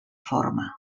forma